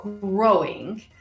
growing